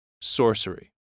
sorcery